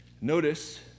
Notice